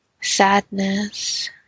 sadness